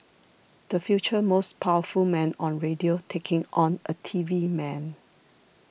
the future most powerful man on radio taking on a T V man